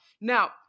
Now